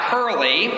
Curly